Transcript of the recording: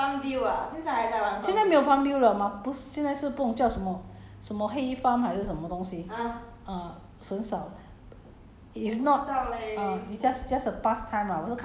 err 要要要 maybe 找一些东西 past time lah 现在没有 farmville 了 mah 不现在是不懂叫什么什么 hay farm 还是什么东西 uh 很少